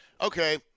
okay